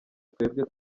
twebwe